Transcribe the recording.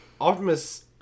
Optimus